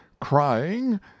crying